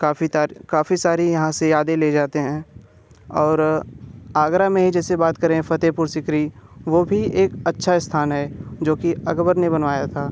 काफ़ी काफ़ी सारी यहाँ से यादें ले जाते हैं और आगरा में ही जैसे बात करें फतेहपुर सीकरी वो भी एक अच्छा स्थान है जो कि अकबर ने बनयावा था